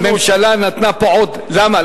לא, הממשלה נתנה פה, למה?